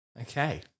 Okay